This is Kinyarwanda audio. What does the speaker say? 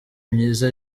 myiza